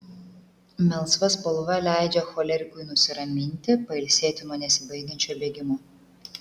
melsva spalva leidžia cholerikui nusiraminti pailsėti nuo nesibaigiančio bėgimo